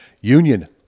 Union